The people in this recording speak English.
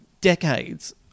decades